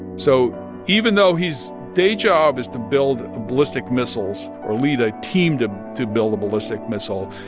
so even though his day job is to build ballistic missiles or lead a team to to build a ballistic missile,